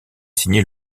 signé